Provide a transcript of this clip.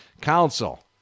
Council